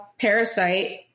parasite